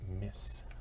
miss